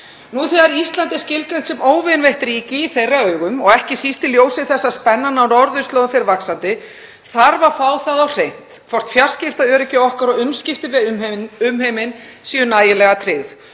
Nú þegar Ísland er skilgreint sem óvinveitt ríki í þeirra augum, ekki síst í ljósi þess að spennan á norðurslóðum fer vaxandi, þarf að fá á hreint hvort fjarskiptaöryggi okkar og samskipti við umheiminn séu nægilega tryggð.